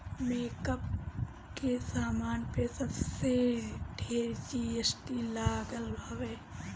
makeup के सामान पे सबसे ढेर जी.एस.टी लागल हवे